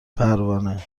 پروانه